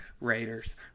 Raiders